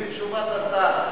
אני מסתפק בתשובת השר.